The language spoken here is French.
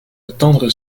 attendre